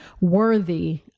worthy